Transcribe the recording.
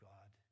God